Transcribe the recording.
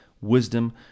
wisdom